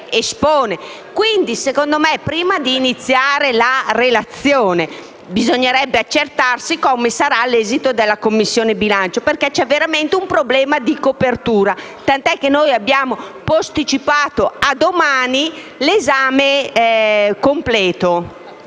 Quindi, secondo me, prima di iniziare la relazione bisognerebbe accertarsi dell'esito della discussione in Commissione bilancio, perché c'è veramente un problema di copertura, tant'è che abbiamo posticipato a domani l'esame completo.